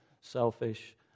selfish